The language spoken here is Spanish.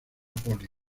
poli